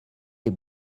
lès